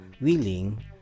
willing